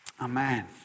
Amen